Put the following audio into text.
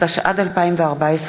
התשע"ד 2014,